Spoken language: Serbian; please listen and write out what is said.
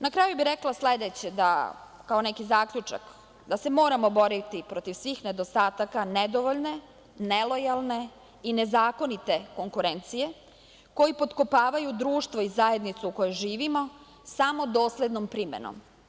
Na kraju bih rekla sledeće, kao neki zaključak, da se moramo boriti protiv svih nedostataka nedovoljne, nelojalne i nezakonite konkurencije, koji potkopavaju društvo i zajednicu u kojoj živimo, samo doslednom primenom.